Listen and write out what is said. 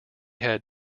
had